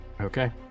Okay